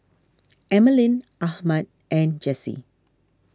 Emaline Ahmed and Jessy